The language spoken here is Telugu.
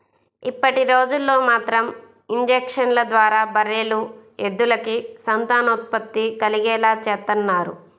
ఇప్పటిరోజుల్లో మాత్రం ఇంజక్షన్ల ద్వారా బర్రెలు, ఎద్దులకి సంతానోత్పత్తి కలిగేలా చేత్తన్నారు